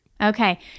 Okay